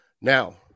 Now